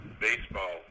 baseball